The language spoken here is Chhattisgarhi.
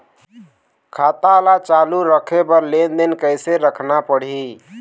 खाता ला चालू रखे बर लेनदेन कैसे रखना पड़ही?